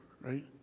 right